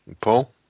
Paul